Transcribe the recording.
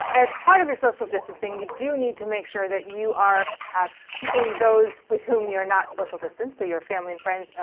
as part of your social distancing, you do need to make sure that you are keeping those with whom you're not social distanced, so your family and friends,